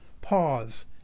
pause